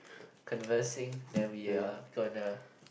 conversing that we are gonna